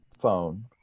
phone